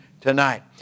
tonight